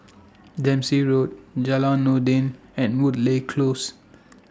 Dempsey Road Jalan Noordin and Woodleigh Close